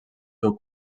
seu